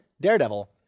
Daredevil